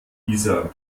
isar